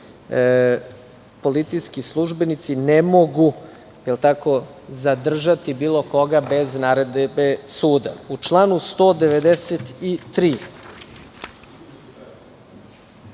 policijski službenici ne mogu zadržati bilo koga bez naredbe suda. U članu 193.